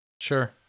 Sure